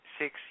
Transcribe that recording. six